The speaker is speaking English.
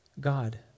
God